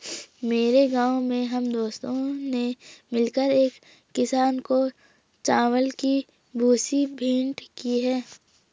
मेरे गांव में हम दोस्तों ने मिलकर एक किसान को चावल की भूसी भेंट की